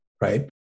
right